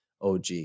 OG